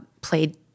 played